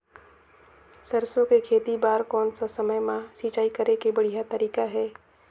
सरसो के खेती बार कोन सा समय मां सिंचाई करे के बढ़िया तारीक हे?